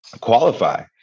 qualify